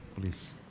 Please